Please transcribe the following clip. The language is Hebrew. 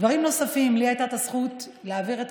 דברים נוספים: לי הייתה הזכות להעביר את